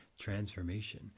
transformation